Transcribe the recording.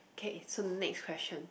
okay it's a next question